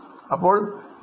അപ്പോൾ 11